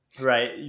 right